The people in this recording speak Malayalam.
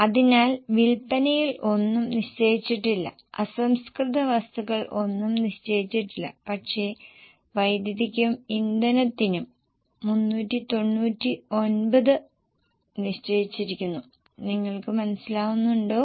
അതിനാൽ വിൽപ്പനയിൽ ഒന്നും നിശ്ചയിച്ചിട്ടില്ല അസംസ്കൃത വസ്തുക്കൾ ഒന്നും നിശ്ചയിച്ചിട്ടില്ല പക്ഷേ വൈദ്യുതിക്കും ഇന്ധനത്തിനും 399 നിശ്ചയിച്ചിരിക്കുന്നു നിങ്ങൾക്ക് മനസിലാകുന്നുണ്ടോ